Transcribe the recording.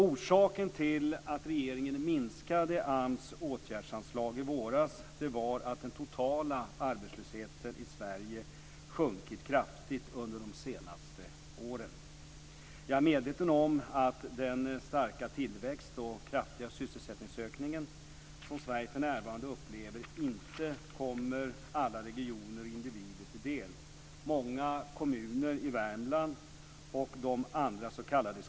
Orsaken till att regeringen minskade AMS åtgärdsanslag i våras var att den totala arbetslösheten i Sverige sjunkit kraftigt under de senaste åren. Jag är medveten om att den starka tillväxt och kraftiga sysselsättningsökning som Sverige för närvarande upplever inte kommer alla regioner och individer till del.